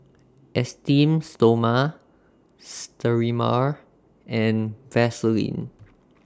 Esteem Stoma Sterimar and Vaselin